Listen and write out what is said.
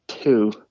Two